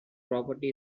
property